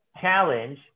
challenge